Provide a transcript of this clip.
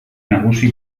nagusi